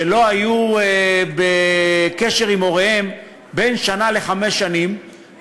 שלא היו בקשר עם הוריהם בין שנה לחמש שנים,